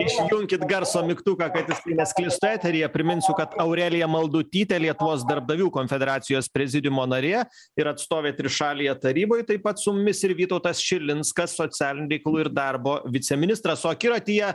išjunkit garso mygtuką kad nesklistų eteryje priminsiu kad aurelija maldutytė lietuvos darbdavių konfederacijos prezidiumo narė ir atstovė trišalėje taryboj taip pat su mumis ir vytautas šilinskas socialinių reikalų ir darbo viceministras o akiratyje